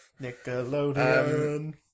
Nickelodeon